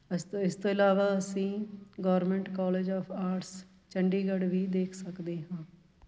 ਇਸ ਇਸ ਤੋਂ ਇਲਾਵਾ ਅਸੀਂ government college of arts Chandigarh ਵੀ ਦੇਖ ਸਕਦੇ ਹਾਂ